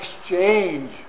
exchange